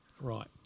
Right